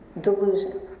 delusion